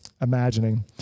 imagining